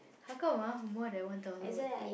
how come ah more than one thousands words